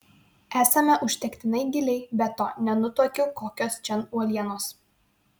esame užtektinai giliai be to nenutuokiu kokios čia uolienos